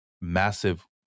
massive